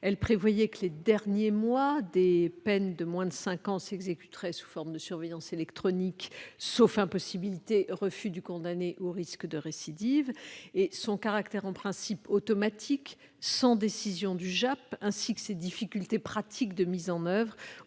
qui prévoyait que les derniers mois des peines de moins de cinq ans s'exécuteraient sous forme de surveillance électronique, sauf impossibilité, refus du condamné ou risque de récidive. Son caractère en principe automatique, sans décision du JAP, le juge de l'application des peines,